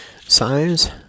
Size